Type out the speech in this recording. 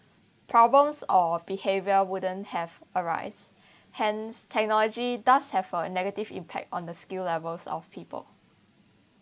problems or behavior wouldn't have arise hence technology does have a negative impact on the skill levels of people